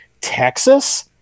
Texas